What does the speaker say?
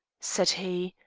said he,